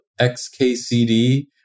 XKCD